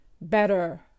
better